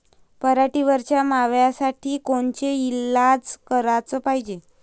पराटीवरच्या माव्यासाठी कोनचे इलाज कराच पायजे?